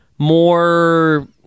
More